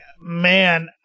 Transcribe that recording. man